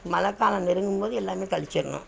மழை காலம் நெருங்கும்போது எல்லாமே கழிச்சிட்ணும்